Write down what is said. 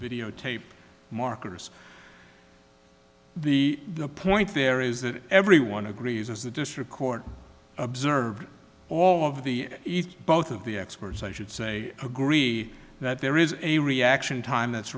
video tape markers the point there is that everyone agrees as the district court observed all of the each both of the experts i should say agree that there is a reaction time that's